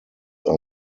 are